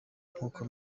nkuko